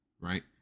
right